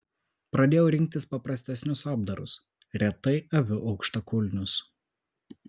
pradėjau rinktis paprastesnius apdarus retai aviu aukštakulnius